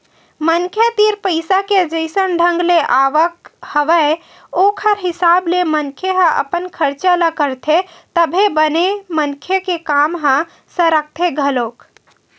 मनखे तीर पइसा के जइसन ढंग ले आवक हवय ओखर हिसाब ले मनखे ह अपन खरचा ल करथे तभे बने मनखे के काम ह सरकथे घलोक